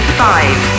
five